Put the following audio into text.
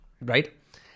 right